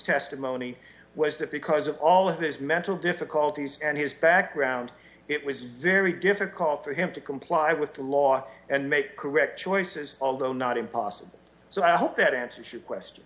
testimony was that because of all of his mental difficulties and his background it was very difficult for him to comply with the law and make correct choices although not impossible so i hope that answers your question